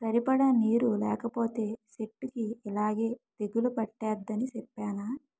సరిపడా నీరు లేకపోతే సెట్టుకి యిలాగే తెగులు పట్టేద్దని సెప్పేనా?